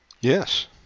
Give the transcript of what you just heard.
Yes